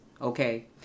okay